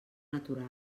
natural